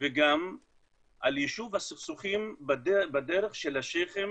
וגם על יישוב הסכסוכים בדרך של השייח'ים